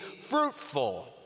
fruitful